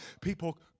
People